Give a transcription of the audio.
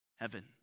heaven